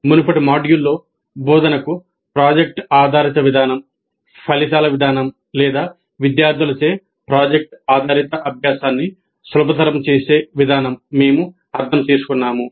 మునుపటి మాడ్యూల్లో బోధనకు ప్రాజెక్ట్ ఆధారిత విధానం ఫలితాల విధానం లేదా విద్యార్థులచే ప్రాజెక్ట్ ఆధారిత అభ్యాసాన్ని సులభతరం చేసే విధానం మేము అర్థం చేసుకున్నాము